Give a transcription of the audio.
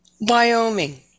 Wyoming